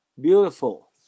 Beautiful